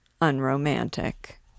unromantic